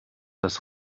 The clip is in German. das